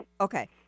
Okay